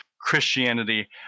Christianity